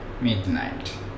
midnight